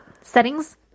settings